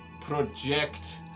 project